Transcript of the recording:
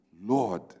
Lord